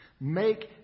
make